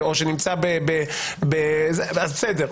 בסדר,